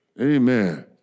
Amen